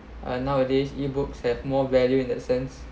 uh nowadays ebooks have more value in that sense